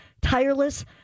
tireless